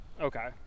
okay